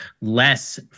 less